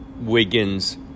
Wiggins